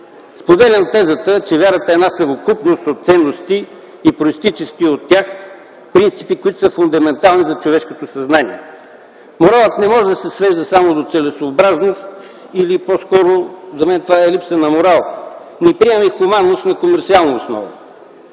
Споделям тезата, че вярата е съвкупност от ценности и произтичащи от тях принципи, които са фундаментални за човешкото съзнание. Моралът не може да се свежда само до целесъобразност, за мен това е по-скоро липса на морал. Не приемам и хуманност на комерсиална основа.